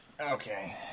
Okay